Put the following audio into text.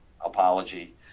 apology